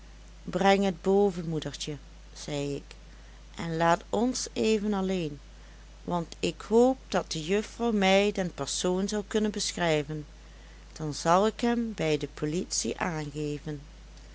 breng het boven moedertje zei ik en laat ons even alleen want ik hoop dat de juffrouw mij den persoon zal kunnen beschrijven dan zal ik hem bij de politie aangeven